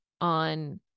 on